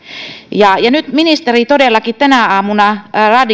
ja ja nyt ministeri todellakin tänä aamuna